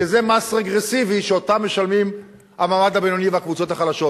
כי זה מס רגרסיבי שאותו משלמים המעמד הבינוני והקבוצות החלשות.